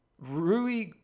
Rui